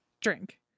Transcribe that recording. drink